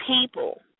people